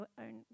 own